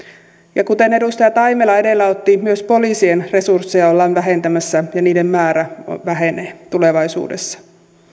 kuten edustaja taimela edellä otti esiin myös poliisien resursseja ollaan vähentämässä ja heidän määränsä vähenee tulevaisuudessa